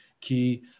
key